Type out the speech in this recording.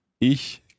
Ich